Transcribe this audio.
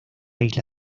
isla